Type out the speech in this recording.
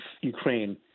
Ukraine